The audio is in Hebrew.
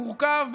מורכב,